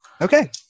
Okay